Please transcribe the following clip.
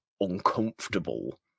uncomfortable